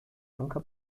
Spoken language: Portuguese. nunca